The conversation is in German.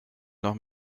noch